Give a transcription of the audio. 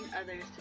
others